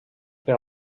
per